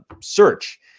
search